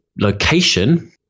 location